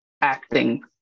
acting